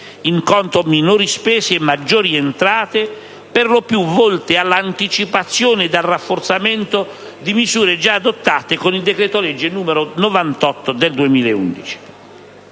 in conto minori spese e maggiori entrate, per lo più volte all'anticipazione del rafforzamento di misure già adottate con il decreto-legge n. 98 del 2011.